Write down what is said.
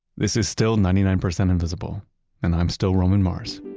this is still ninety nine percent invisible and i'm still roman mars